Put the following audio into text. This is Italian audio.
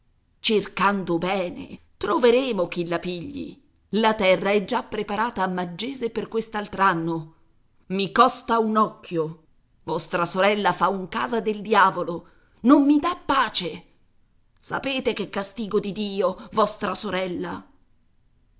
cercando bene troveremo chi la pigli la terra è già preparata a maggese per quest'altr'anno mi costa un occhio vostra sorella fa un casa del diavolo non mi dà pace sapete che castigo di dio vostra sorella